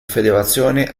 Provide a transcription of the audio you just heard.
federazione